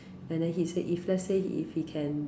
and then he say if let's say if he can